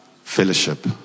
fellowship